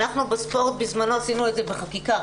בספורט אנחנו בזמנו עשינו את זה בחקיקה